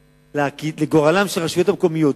לגורלן של הרשויות המקומיות,